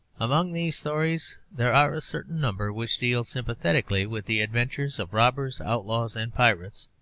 among these stories there are a certain number which deal sympathetically with the adventures of robbers, outlaws and pirates,